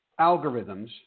algorithms